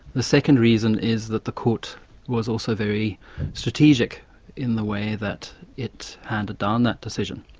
the second reason is that the court was also very strategic in the way that it handed down that decision.